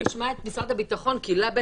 אולי קודם נשמע את משרד הביטחון כי להם